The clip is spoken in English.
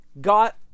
got